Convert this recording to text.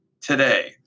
today